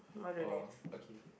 oh okay